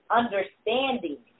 understanding